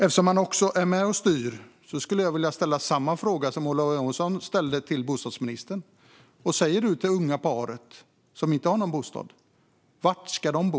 Eftersom man också är med och styr skulle jag vilja ställa samma fråga som Ola Johansson ställde till bostadsministern. Vad säger du till det unga paret som inte har någon bostad? Var ska de bo?